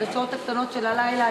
עד השעות הקטנות של הלילה.